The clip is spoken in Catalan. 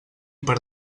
per